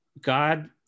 God